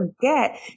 forget